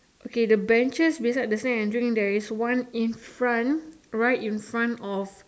okay the benches beside the sand and drink there's one in front right in front of